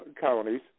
counties